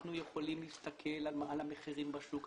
אנחנו יכולים להסתכל על המחירים בשוק,